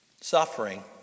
Suffering